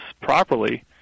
properly